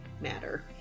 matter